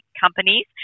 companies